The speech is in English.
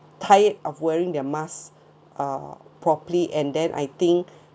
tired of wearing their mask uh properly and then I think